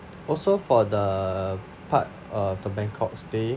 also for the part uh the bangkok stay